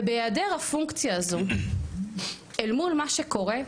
ובהעדר הפונקציה הזו אל מול מה שקורה,